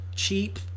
cheap